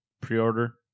pre-order